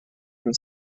and